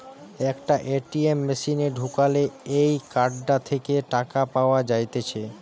একটা এ.টি.এম মেশিনে ঢুকালে এই কার্ডটা থেকে টাকা পাওয়া যাইতেছে